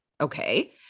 Okay